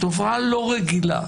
תופעה לא רגילה.